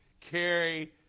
carry